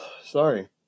sorry